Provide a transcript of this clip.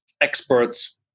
experts